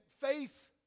faith